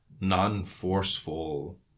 non-forceful